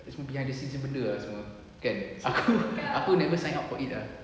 punya benda semua kan aku never sign up for it ah